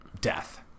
death